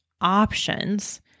options